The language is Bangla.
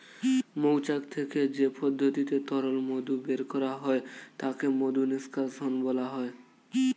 মৌচাক থেকে যে পদ্ধতিতে তরল মধু বের করা হয় তাকে মধু নিষ্কাশণ বলা হয়